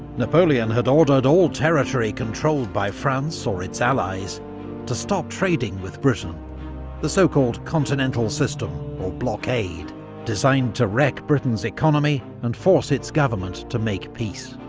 napoleon had ordered all territory controlled by france or its allies to stop trading with britain the so-called continental system, or blockade designed to wreck britain's economy and force its government to make peace.